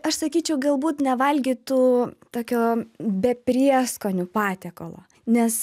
aš sakyčiau galbūt nevalgytų tokio be prieskonių patiekalo nes